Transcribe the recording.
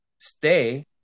stay